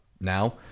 now